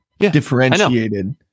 differentiated